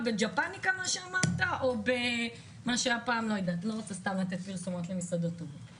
למה בחיל האוויר